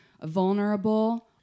vulnerable